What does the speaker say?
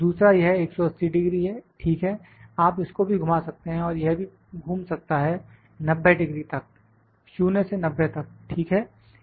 दूसरा यह 180° है ठीक है आप इसको भी घुमा सकते हैं और यह भी घूम सकता है 90° तक 0 से 90 तक ठीक है